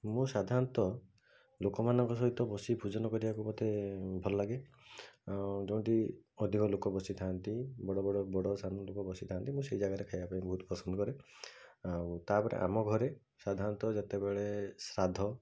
ମୁଁ ସାଧାରଣତଃ ଲୋକମାନଙ୍କ ସହିତ ବସି ଭୋଜନ କରିବାକୁ ମୋତେ ଭଲଲାଗେ ଆଉ ଯେଉଁଠି ଅଧିକ ଲୋକ ବସିଥାନ୍ତି ବଡ଼ ବଡ଼ ବଡ଼ ସାନ ଲୋକ ବସିଥାନ୍ତି ମୁଁ ସେଇ ଜାଗାରେ ଖାଇବାପାଇଁ ବହୁତ ପସନ୍ଦ କରେ ଆଉ ତା'ପରେ ଆମ ଘରେ ସାଧାରଣତଃ ଯେତେବେଳେ ଶ୍ରାଦ୍ଧ